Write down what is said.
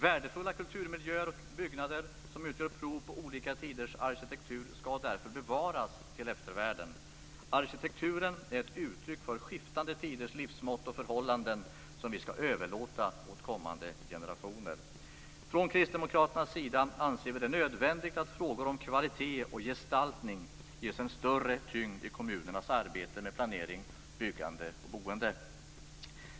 Värdefulla kulturmiljöer och byggnader som utgör prov på olika tiders arkitektur skall därför bevaras till eftervärlden. Arkitekturen är ett uttryck för skiftande tiders livsmått och förhållanden som vi skall överlåta åt kommande generationer. Från Kristdemokraternas sida anser vi det nödvändigt att frågor om kvalitet och gestaltning ges en större tyngd i kommunernas arbete med planering, byggande och boende.